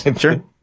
Sure